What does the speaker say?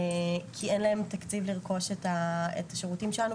כי אין להם תקציב לרכוש את השירותים שלהם,